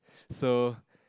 so